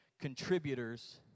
Contributors